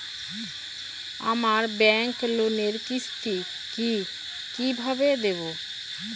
আমার ব্যাংক লোনের কিস্তি কি কিভাবে দেবো?